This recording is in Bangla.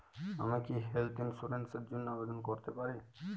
আমি কি হেল্থ ইন্সুরেন্স র জন্য আবেদন করতে পারি?